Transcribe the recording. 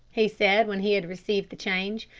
he said, when he had received the change.